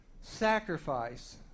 sacrifice